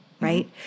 right